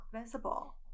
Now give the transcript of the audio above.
visible